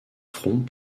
fronts